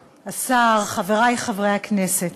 השר, חברי חברי הכנסת,